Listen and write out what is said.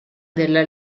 della